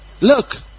Look